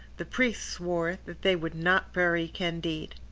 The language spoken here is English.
the priest swore that they would not bury candide.